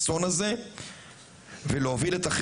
ואולי על זה משרד האוצר בונה כי אני רואה